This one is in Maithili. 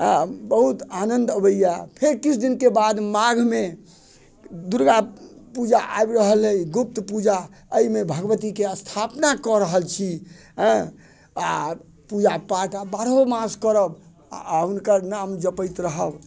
अँ बहुत आनंद अबैया फेर किछु दिनके बाद माघमे दुर्गा पूजा आबि रहल अइ गुप्त पूजामे भगवतीके स्थापना कऽ रहल छी अयँ आ पूजा पाठ आब बारहो मास करब आ हुनकर नाम जपैत रहब